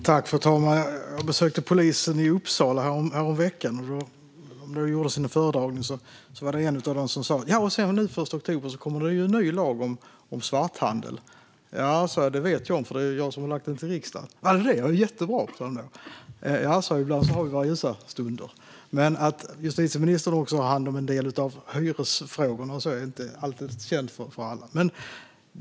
Fru talman! Jag besökte polisen i Uppsala häromveckan. Då gjordes en föredragning där någon sa att det den 1 oktober kommer en ny lag om svarthandel. Jag sa att jag vet det, eftersom det är jag som har lämnat förslaget till riksdagen. Det tyckte man var jättebra. Och jag sa att vi ibland har våra ljusa stunder. Men att justitieministern också har hand om en del av hyresfrågorna är inte känt för alla.